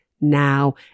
now